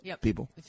people